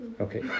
Okay